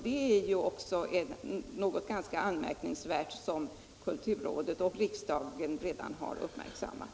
Det är också någonting ganska anmärkningsvärt, som kulturrådet och riksdagen redan har uppmärksammat.